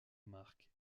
marque